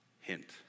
Hint